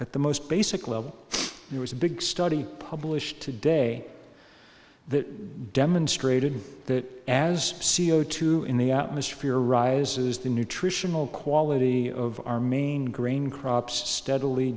at the most basic level there was a big study published today that demonstrated that as c o two in the atmosphere rises the nutritional quality of our main grain crops steadily